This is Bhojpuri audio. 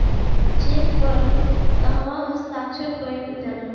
चेक पर कहवा हस्ताक्षर कैल जाइ?